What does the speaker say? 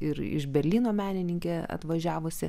ir iš berlyno menininkė atvažiavusi